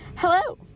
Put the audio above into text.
Hello